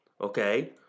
okay